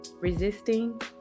resisting